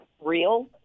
real